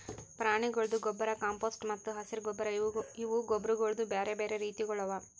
ಪ್ರಾಣಿಗೊಳ್ದು ಗೊಬ್ಬರ್, ಕಾಂಪೋಸ್ಟ್ ಮತ್ತ ಹಸಿರು ಗೊಬ್ಬರ್ ಇವು ಗೊಬ್ಬರಗೊಳ್ದು ಬ್ಯಾರೆ ಬ್ಯಾರೆ ರೀತಿಗೊಳ್ ಅವಾ